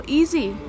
easy